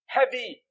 heavy